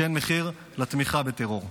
שאין מחיר לתמיכה בטרור.